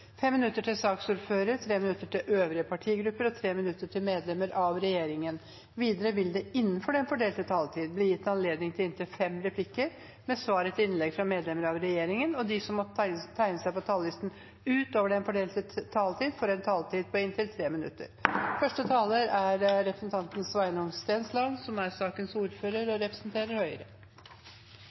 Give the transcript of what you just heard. minutter til saksordføreren, 3 minutter til øvrige partigrupper og 3 minutter til medlemmer av regjeringen. Videre vil det – innenfor den fordelte taletid – bli gitt anledning til inntil fem replikker med svar etter innlegg fra medlemmer av regjeringen, og de som måtte tegne seg på talerlisten utover den fordelte taletid, får en taletid på inntil 3 minutter. Helse- og omsorgskomiteen har behandlet et representantforslag fra SV om å sikre likeverdige og